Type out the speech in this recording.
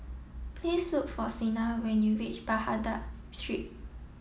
please look for Sina when you reach Baghdad Street